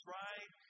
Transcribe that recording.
right